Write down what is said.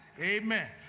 amen